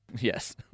Yes